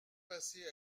passé